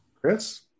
Chris